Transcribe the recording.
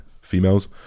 females